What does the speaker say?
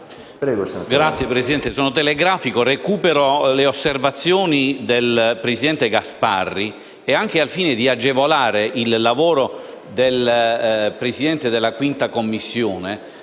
Signor Presidente, sarò telegrafico e recupero le osservazioni del presidente Gasparri. Anche al fine di agevolare il lavoro del Presidente della 5ª Commissione,